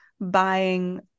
buying